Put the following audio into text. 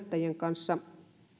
opettajien kanssa